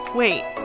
wait